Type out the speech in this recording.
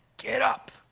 get up,